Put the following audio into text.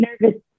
nervous